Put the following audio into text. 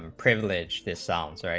um privileged this sounds